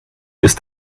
ist